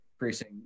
increasing